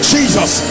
Jesus